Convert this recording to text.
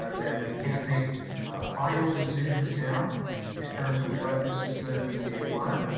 ah that we can't make final decisions now in terms of what this is gonna be day one,